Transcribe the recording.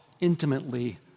intimately